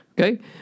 okay